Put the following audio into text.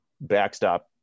backstop